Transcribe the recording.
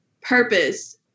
purpose